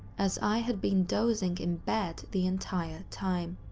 as i had been dozing in bed the entire time.